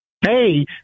Hey